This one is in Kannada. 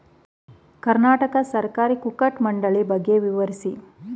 ಕರ್ನಾಟಕ ಸಹಕಾರಿ ಕುಕ್ಕಟ ಮಂಡಳಿ ಬಗ್ಗೆ ವಿವರಿಸಿ?